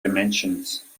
dimensions